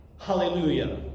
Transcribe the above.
Hallelujah